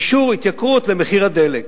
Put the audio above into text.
לפני שאתם מבקשים אישור להתייקרות מחיר הדלק.